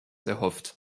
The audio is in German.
erhofft